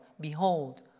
Behold